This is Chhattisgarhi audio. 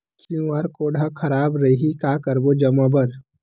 क्यू.आर कोड हा खराब रही का करबो जमा बर?